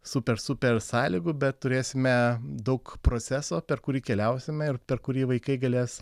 super super sąlygų bet turėsime daug proceso per kurį keliausime ir per kurį vaikai galės